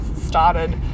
started